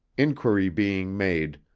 inquiry being made,